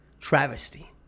Travesty